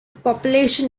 population